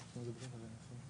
גם כן מקשיב לסיכום.